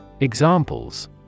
Examples